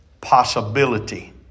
possibility